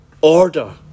order